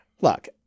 Look